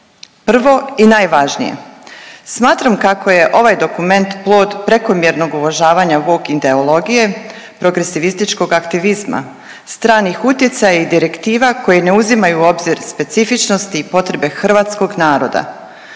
Prvo i najvažnije, smatram kako je ovaj dokument plod prekomjernog uvažavanja …/Govornik se ne razumije./… ideologije progresivističkog aktivizma, stranih utjecaja i direktiva koje ne uzimaju u obzir specifičnosti i potrebe hrvatskog naroda.